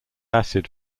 acid